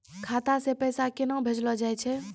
खाता से पैसा केना भेजलो जाय छै?